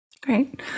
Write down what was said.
Great